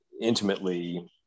intimately